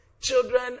Children